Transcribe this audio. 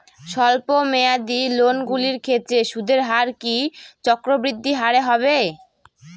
স্বল্প মেয়াদী লোনগুলির ক্ষেত্রে সুদের হার কি চক্রবৃদ্ধি হারে হবে?